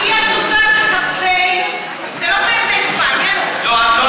זה לא מעניין אותה.